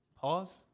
pause